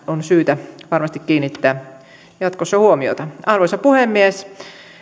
on syytä varmasti kiinnittää jatkossa huomiota arvoisa puhemies